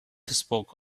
spoke